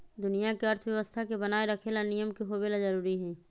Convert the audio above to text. दुनिया के अर्थव्यवस्था के बनाये रखे ला नियम के होवे ला जरूरी हई